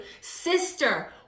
Sister